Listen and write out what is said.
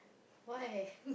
why